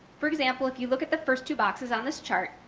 for example, if you look at the first two boxes on this chart,